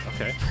Okay